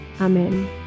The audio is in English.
Amen